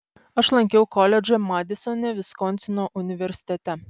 aš lankiau koledžą madisone viskonsino universitete